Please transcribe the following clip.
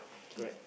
okay